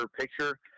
picture